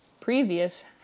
previous